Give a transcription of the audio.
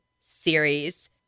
series